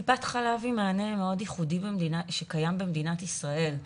טיפת חלב היא מענה מאוד ייחודי שקיים במדינת ישראל.